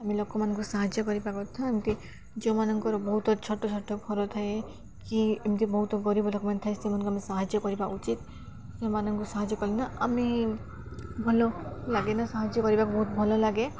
ଆମେ ଲୋକମାନଙ୍କୁ ସାହାଯ୍ୟ କରିବା କଥା ଏମିତି ଯେଉଁମାନଙ୍କର ବହୁତ ଛୋଟ ଛୋଟ ଘର ଥାଏ କି ଏମିତି ବହୁତ ଗରିବ ଲୋକମାନେ ଥାଏ ସେମାନଙ୍କୁ ଆମେ ସାହାଯ୍ୟ କରିବା ଉଚିତ ସେମାନଙ୍କୁ ସାହାଯ୍ୟ କଲେନା ଆମେ ଭଲଲାଗେ ନା ସାହାଯ୍ୟ କରିବା ବହୁତ ଭଲଲାଗେ